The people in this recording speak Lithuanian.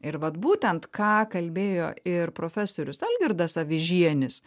ir vat būtent ką kalbėjo ir profesorius algirdas avižienis